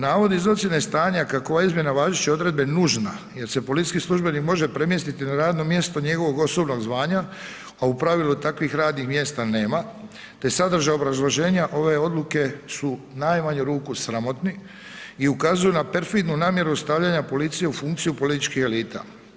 Navodi ... kako izmjena važeće odredbe nužna jer se policijski službenik može premjestiti na radno mjesto njegovog osnovnog zvanja, a u pravilu takvih radnih mjesta nema te sadržaj obrazloženja ove odluke su u najmanju ruku sramotni i ukazuju na perfidnu namjeru stavljanja policije u funkciju političkih elita.